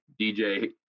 DJ